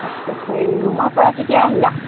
তাৰপিছত হেৰি ৰুমৰ পৰা কেতিয়া আহিলা